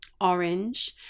Orange